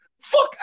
Fuck